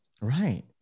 Right